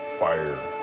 fire